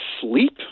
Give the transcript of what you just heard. sleep